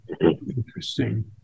Interesting